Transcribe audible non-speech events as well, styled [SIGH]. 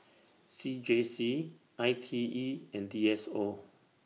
[NOISE] C J C I T E and D S O